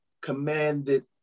commanded